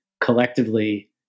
collectively